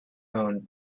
owned